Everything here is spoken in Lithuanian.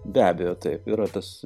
be abejo tai yra tas